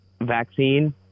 vaccine